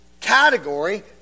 category